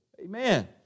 Amen